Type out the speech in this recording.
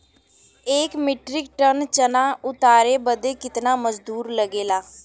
एक metric ton चना उतारे बदे कितना मजदूरी लगे ला?